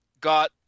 got